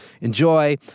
enjoy